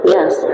Yes